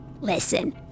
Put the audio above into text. Listen